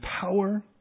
power